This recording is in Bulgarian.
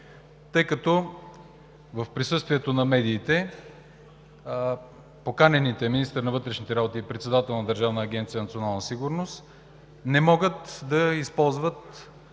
тъй като в присъствието на медиите поканените – министърът на вътрешните работи и председателят на Държавна агенция „Национална сигурност“, не могат да използват